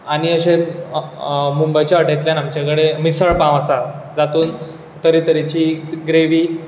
आनी अशें मुंबयच्या वाटेंतल्यान आमचे कडेन मिसळ पाव आसा जातूंत तरेतरेची ग्रेवी